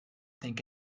think